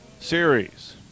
series